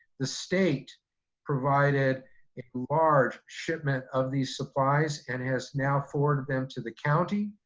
the state provided a large shipment of these supplies and has now forwarded them to the county.